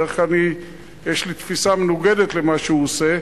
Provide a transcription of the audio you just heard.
בדרך כלל יש לי תפיסה מנוגדת למה שהוא עושה,